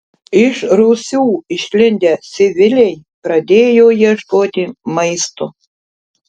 iš rūsių išlindę civiliai pradėjo ieškoti maisto